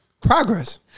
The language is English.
Progress